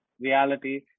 reality